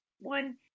one